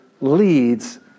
leads